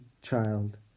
child